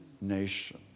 nation